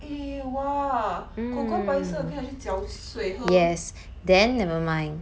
eh !wah! 苦瓜白色的可以去搅水喝